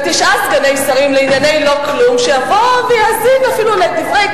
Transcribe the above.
ותשעה סגני שרים לענייני לא כלום שיבואו ויאזינו לדברים,